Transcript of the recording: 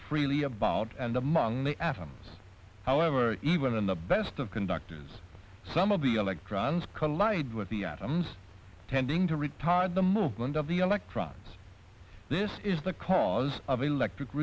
freely about and among the afghans however even in the best of conductors some of the electrons collide with the atoms tending to retard the movement of the electrons this is the cause of electric